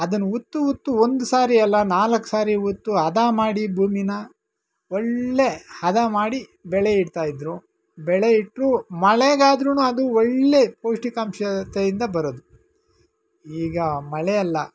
ಅದನ್ನು ಉತ್ತು ಉತ್ತು ಒಂದು ಸಾರಿ ಅಲ್ಲ ನಾಲ್ಕು ಸಾರಿ ಉತ್ತು ಹದ ಮಾಡಿ ಭೂಮಿನ ಒಳ್ಳೆ ಹದ ಮಾಡಿ ಬೆಳೆ ಇಡ್ತಾಯಿದ್ರು ಬೆಳೆ ಇಟ್ಟರೂ ಮಳೆಗಾದ್ರು ಅದು ಒಳ್ಳೆಯ ಪೌಷ್ಟಿಕಾಂಶತೆಯಿಂದ ಬರೋದು ಈಗ ಮಳೆಯಲ್ಲ